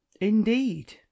Indeed